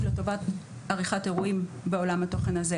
לטובת עריכת אירועים בעולם התוכן הזה.